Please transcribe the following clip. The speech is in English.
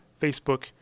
Facebook